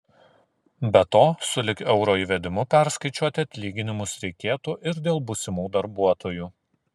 be to sulig euro įvedimu perskaičiuoti atlyginimus reikėtų ir dėl būsimų darbuotojų